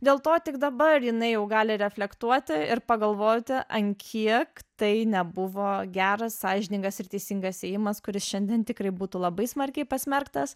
dėl to tik dabar jinai jau gali reflektuoti ir pagalvoti an kiek tai nebuvo geras sąžiningas ir teisingas ėjimas kuris šiandien tikrai būtų labai smarkiai pasmerktas